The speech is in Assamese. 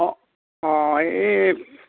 অঁ অঁ এই